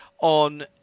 on